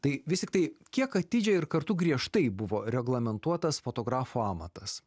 tai vis tiktai kiek atidžiai ir kartu griežtai buvo reglamentuotas fotografo amatas